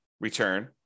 return